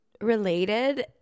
Related